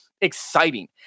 exciting